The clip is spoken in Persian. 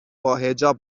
باحجاب